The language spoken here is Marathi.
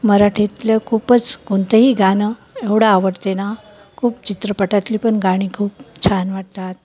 मराठीतलं खूपच कोणतंही गाणं एवढं आवडते ना खूप चित्रपटातली पण गाणी खूप छान वाटतात